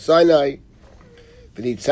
Sinai